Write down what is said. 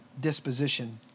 disposition